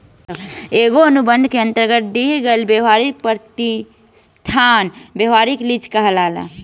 एगो अनुबंध के अंतरगत दिहल गईल ब्यपारी प्रतिष्ठान ब्यपारिक लीज कहलाला